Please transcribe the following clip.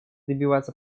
добиваться